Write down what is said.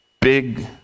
big